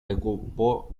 ocupó